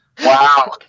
Wow